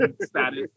status